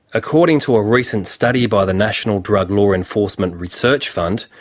according to a recent study by the national drug law enforcement research fund,